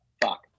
fuck